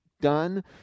Done